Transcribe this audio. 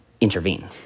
intervene